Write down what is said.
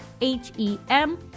H-E-M